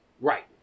Right